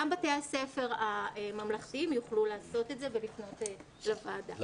גם בתי הספר הממלכתיים יוכלו לעשות זאת ולפנות לוועדה.